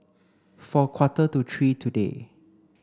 for a quarter to three today